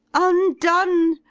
undone,